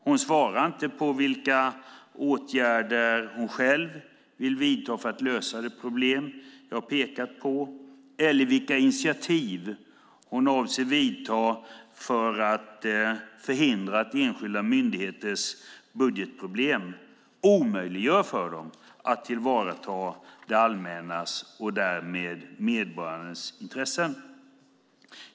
Hon svarar inte på vilka åtgärder hon själv vill vidta för att lösa det problem jag har pekat på eller vilka initiativ hon avser att ta för att förhindra att enskilda myndigheters budgetproblem omöjliggör för dem att tillvarata det allmännas och därmed medborgarnas intressen.